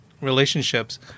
relationships